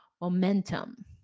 momentum